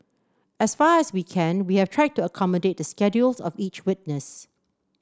as far as we can we have tried to accommodate the schedules of each witness